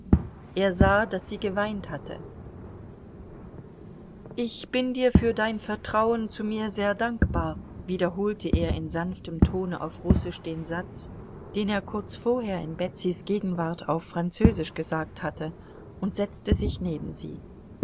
er sah daß sie geweint hatte ich bin dir für dein vertrauen zu mir sehr dankbar wiederholte er in sanftem tone auf russisch den satz den er kurz vorher in betsys gegenwart auf französisch gesagt hatte und setzte sich neben sie